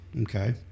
Okay